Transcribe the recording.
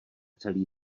celý